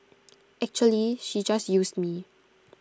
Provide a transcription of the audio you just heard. actually she just used me